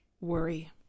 worry